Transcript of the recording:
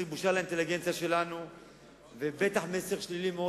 זו בושה לאינטליגנציה שלנו ובטח מסר שלילי מאוד